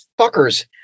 fuckers